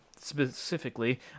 specifically